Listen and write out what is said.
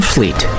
Fleet